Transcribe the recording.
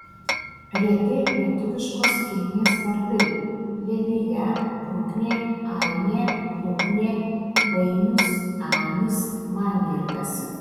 reti lietuviškos kilmės vardai lelija bruknė ainė luknė vainius ainis mangirdas